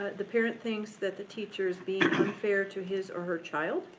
the parent thinks that the teacher is being unfair to his or her child.